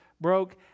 broke